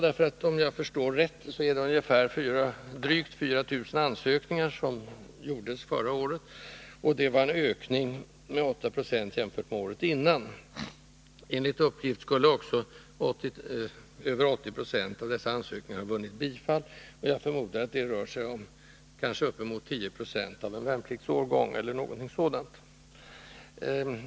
Om jag har förstått saken rätt, gjordes det förra året drygt 4 000 ansökningar om vapenfri tjänst. Det var en ökning med 8 96 jämfört med året innan. Enligt uppgift skulle också över 80 90 av dessa ansökningar ha vunnit bifall. Jag förmodar att det rör sig om uppemot 10 26 eller någonting sådant av en värnpliktsårgång.